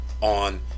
on